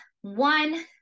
one